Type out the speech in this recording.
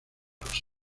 los